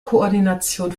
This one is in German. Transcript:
koordination